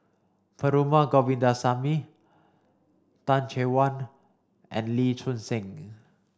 Perumal Govindaswamy Tan Chay Yan and Lee Choon Seng